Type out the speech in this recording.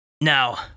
Now